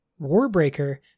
Warbreaker